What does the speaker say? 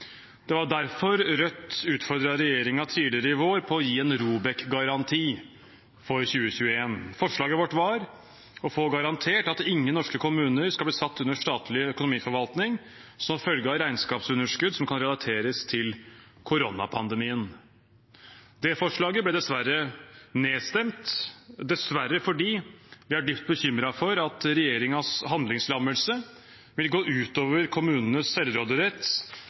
Det var derfor Rødt utfordret regjeringen tidligere i vår på å gi en ROBEK-garanti for 2021. Forslaget vårt var å få garantert at ingen norske kommuner skal bli satt under statlig økonomiforvaltning som følge av regnskapsunderskudd som kan relateres til koronapandemien. Det forslaget ble dessverre nedstemt – dessverre, for vi er dypt bekymret for at regjeringens handlingslammelse vil gå ut over kommunenes selvråderett